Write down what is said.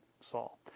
Saul